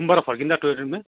घुमबाट फर्किँदा टोय ट्रेनमा